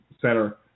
center